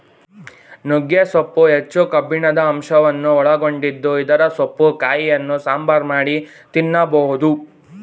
ನುಗ್ಗೆ ಸೊಪ್ಪು ಹೆಚ್ಚು ಕಬ್ಬಿಣದ ಅಂಶವನ್ನು ಒಳಗೊಂಡಿದ್ದು ಇದರ ಸೊಪ್ಪು ಕಾಯಿಯನ್ನು ಸಾಂಬಾರ್ ಮಾಡಿ ತಿನ್ನಬೋದು